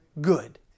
good